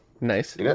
Nice